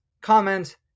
comment